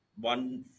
one